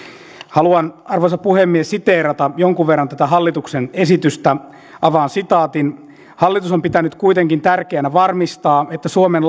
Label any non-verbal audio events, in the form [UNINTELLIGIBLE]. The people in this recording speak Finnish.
haluan arvoisa puhemies siteerata jonkun verran tätä hallituksen esitystä avaan sitaatin hallitus on pitänyt kuitenkin tärkeänä varmistaa että suomen [UNINTELLIGIBLE]